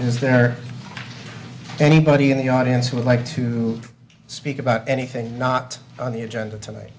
is there anybody in the audience who would like to speak about anything not on the agenda tonight